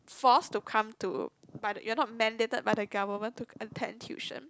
forced to come to but you're not mandated by the government to attend tuition